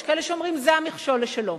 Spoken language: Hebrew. יש שאומרים שזה המכשול לשלום.